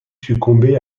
succombé